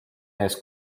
ees